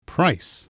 Price